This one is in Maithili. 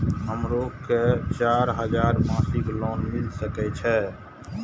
हमरो के चार हजार मासिक लोन मिल सके छे?